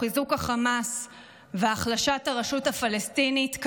חיזוק החמאס והחלשת הרשות הפלסטינית,